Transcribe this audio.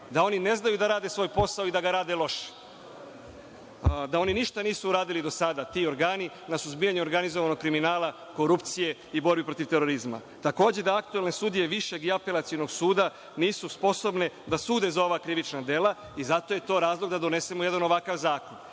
da oni ne znaju da rade svoj posao i da ga rade loše, da oni ništa nisu uradili do sada, ti organi, na suzbijanju organizovanog kriminala, korupcije i borbi protiv terorizma, takođe da aktuelne sudije višeg i apelacionog suda nisu sposobne da sude za ova krivična dela i zato je to razlog da donesemo jedan ovakav zakon.E,